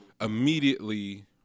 immediately